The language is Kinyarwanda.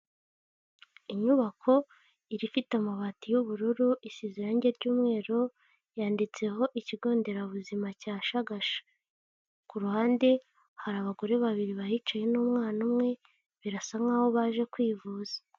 Inyubako ifite amabati y'ubururu, isize irangi ry'mweru yanditseho ikigo nderabuzima cya Shagasha. Ku ruhande hari abagore babiri bahicaye n'umwana umwe, birasa nkaho baje kwivuza.